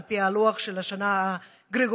על פי לוח השנה הגרגוריאני,